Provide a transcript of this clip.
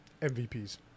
MVPs